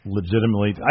legitimately